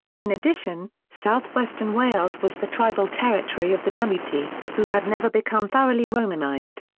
in addition, southwestern wales was the tribal territory of the demetae, who had never become thoroughly romanised.